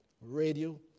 radio